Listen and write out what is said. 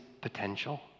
potential